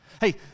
Hey